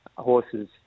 horses